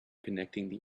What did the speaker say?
connecting